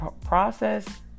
process